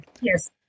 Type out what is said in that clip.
Yes